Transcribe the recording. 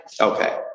okay